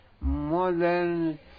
modern